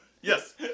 Yes